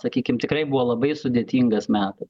sakykim tikrai buvo labai sudėtingas metas